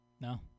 No